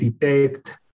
detect